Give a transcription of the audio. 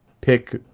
pick